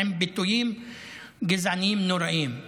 עם ביטויים גזעניים נוראים.